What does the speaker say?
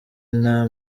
nta